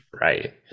Right